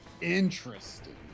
interesting